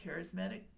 charismatic